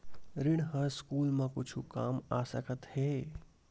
ऋण ह स्कूल मा कुछु काम आ सकत हे?